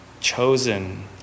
chosen